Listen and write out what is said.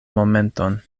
momenton